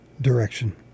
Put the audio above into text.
direction